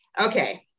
okay